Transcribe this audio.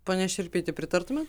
pone šerpyti pritartumėt